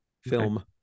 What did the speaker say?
Film